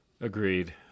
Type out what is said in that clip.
agreed